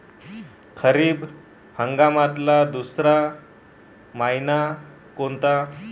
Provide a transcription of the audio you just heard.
खरीप हंगामातला दुसरा मइना कोनता?